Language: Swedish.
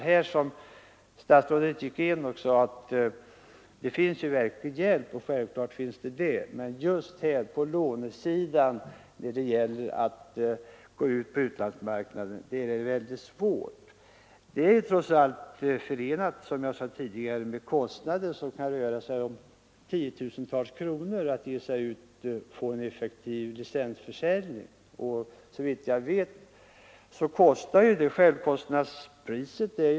Statsrådet sade att man kan få verklig hjälp i detta sammanhang, men lånemöjligheterna när det gäller att finansiera projekt på utlandsmarknaden är ändå mycket små. Det är trots allt, som jag sade tidigare, förenat med kostnader på tusentals kronor att bygga upp en effektiv licensförsäljning.